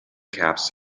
caps